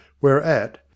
whereat